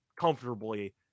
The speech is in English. comfortably